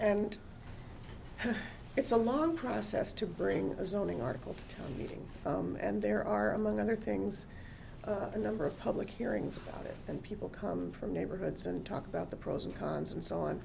and it's a long process to bring a zoning article to town meeting and there are among other things the number of public hearings about it and people come from neighborhoods and talk about the pros and cons and so on